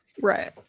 Right